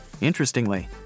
Interestingly